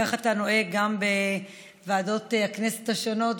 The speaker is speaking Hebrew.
כך אתה נוהג גם בוועדות הכנסת השונות,